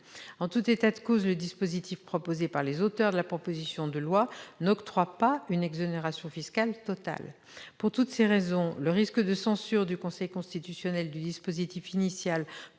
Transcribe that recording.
En tout état de cause, le dispositif proposé par les auteurs de la proposition de loi n'octroie pas une exonération fiscale totale. Pour toutes ces raisons, le risque de censure du Conseil constitutionnel du dispositif initial